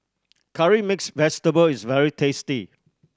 Curry Mixed Vegetable is very tasty